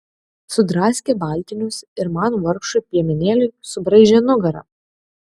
sudraskė baltinius ir man vargšui piemenėliui subraižė nugarą